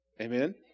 Amen